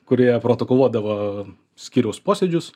kurie protokoluodavo skyriaus posėdžius